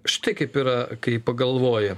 štai kaip yra kai pagalvoji